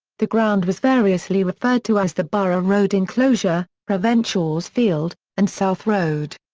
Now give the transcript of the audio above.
the ground was variously referred to as the borough road enclosure, ravenshaw's field and south road.